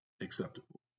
acceptable